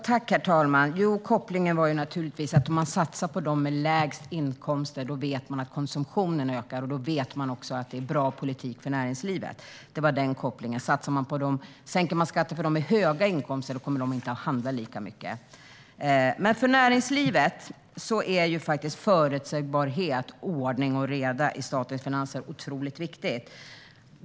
Herr talman! Kopplingen var naturligtvis att om man satsar på dem med lägst inkomster vet man att konsumtionen ökar. Då vet man också att det är en bra politik för näringslivet. Om man sänker skatten för dem med höga inkomster kommer de inte att handla lika mycket. Men för näringslivet är faktiskt förutsägbarhet och ordning och reda i statens finanser otroligt viktigt.